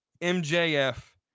MJF